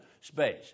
space